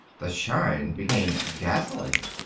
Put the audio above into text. the shine became dazzling.